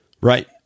Right